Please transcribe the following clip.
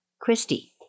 Christy